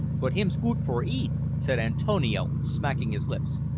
but him's goot for eat, said antonio, smacking his lips.